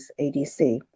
ADC